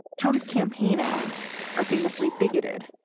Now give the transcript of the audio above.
trump campaign ads are famously bigoted,